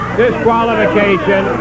disqualification